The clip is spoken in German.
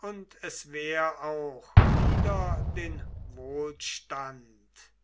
und es wär auch wider den wohlstand